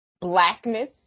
blackness